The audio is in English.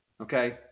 Okay